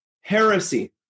heresy